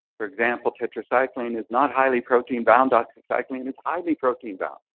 for example, tetracycline is not highly protein bound, doxycycline and is highly protein bound.